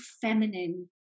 feminine